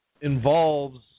involves